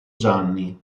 gianni